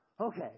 Okay